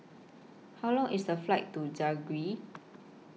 How Long IS The Flight to Zagreb